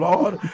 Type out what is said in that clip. Lord